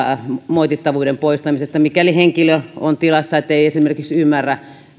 moitittavuuden poistamisesta mikäli henkilö on tilassa että ei esimerkiksi